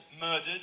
murdered